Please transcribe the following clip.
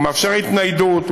מאפשר התניידות,